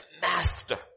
master